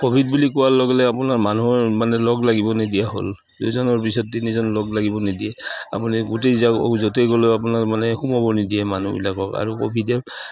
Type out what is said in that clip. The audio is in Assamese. ক'ভিড বুলি কোৱাৰ লগে লগে আপোনাৰ মানুহৰ মানে লগ লাগিব নিদিয়া হ'ল দুইজনৰ পিছত তিনিজন লগ লাগিব নিদিয়ে আপুনি গোটেই য'তেই গ'লেও আপোনাৰ মানে সোমাব নিদিয়ে মানুহবিলাকক আৰু ক'ভিডে